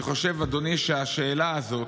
אני חושב, אדוני, שהשאלה הזאת,